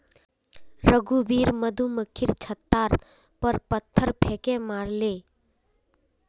रघुवीर मधुमक्खीर छततार पर पत्थर फेकई मारले